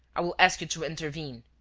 i will ask you to intervene.